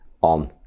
on